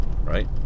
right